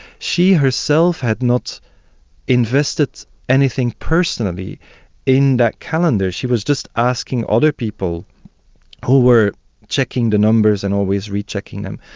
she herself had not invested anything personally in that calendar, she was just asking other people who were checking the numbers and always rechecking them.